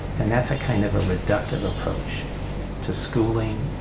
and that's a kind of a reductive approach to schooling,